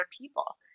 people